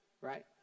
right